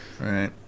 Right